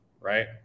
right